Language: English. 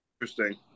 interesting